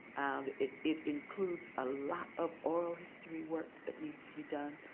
and it it includes a lot of oral history work that needs to be done,